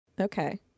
Okay